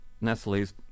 Nestle's